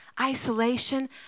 isolation